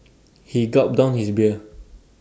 he gulped down his beer